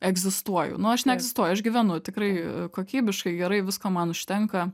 egzistuoju nu aš neegzistuoju aš gyvenu tikrai kokybiškai gerai visko man užtenka